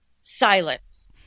silence